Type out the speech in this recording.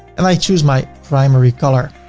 and i choose my primary color